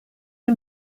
you